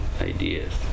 ideas